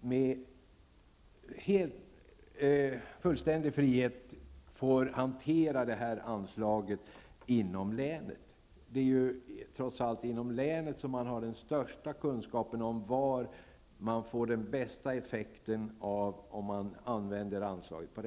med fullständig frihet får hantera anslaget inom länet. Det är trots allt i länet som man har den största kunskapen om var man får den bästa effekten av att använda anslaget.